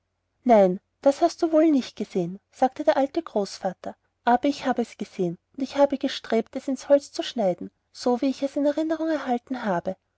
nein das hast du wohl nicht gesehen sagte der alte großvater aber ich habe es gesehen und ich habe gestrebt es ins holz zu schneiden so wie ich es in der erinnerung erhalten habe